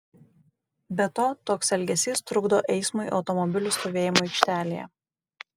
be to toks elgesys trukdo eismui automobilių stovėjimo aikštelėje